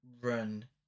run